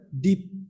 deep